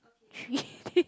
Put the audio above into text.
three